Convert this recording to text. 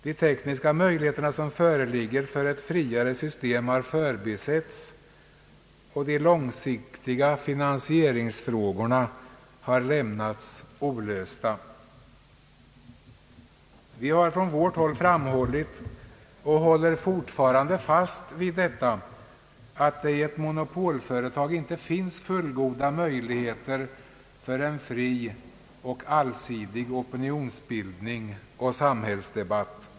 De tekniska möjligheter som föreligger för ett friare system har förbisetts, och de långsiktiga finansieringsfrågorna har lämnats olösta. Vi har från vårt håll framhållit och håller fortfarande fast vid att det i ett monopolföretag inte finns fullgoda möjligheter för en fri och allsidig opinionsbildning och samhällsdebatt.